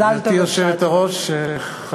אנחנו